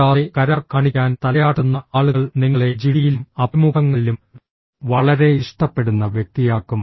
കൂടാതെ കരാർ കാണിക്കാൻ തലയാട്ടുന്ന ആളുകൾ നിങ്ങളെ ജിഡിയിലും അഭിമുഖങ്ങളിലും വളരെ ഇഷ്ടപ്പെടുന്ന വ്യക്തിയാക്കും